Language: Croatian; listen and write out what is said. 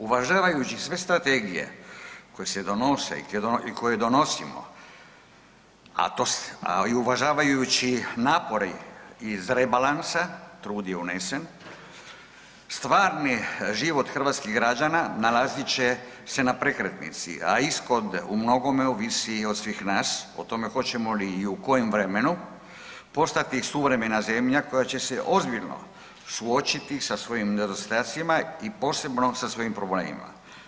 Uvažavajući sve strategije koje se donose i koje donosimo, a i uvažavajući napor iz rebalansa, trud je unesen, stvarni život hrvatskih građana nalazit će se na prekretnici, a ishod u mnogome ovisi od svih nas o tome hoćemo li i u kojem vremenu postati suvremena zemlja koja će se ozbiljno suočiti sa svojim nedostacima i posebno sa svojim problemima.